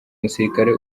musirikare